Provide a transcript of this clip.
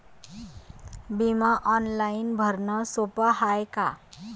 बिमा ऑनलाईन भरनं सोप हाय का?